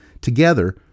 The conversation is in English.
Together